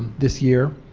this year,